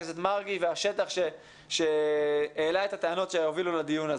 מרגי והשטח שהעלה את הטענות שהובילו לדיון הזה.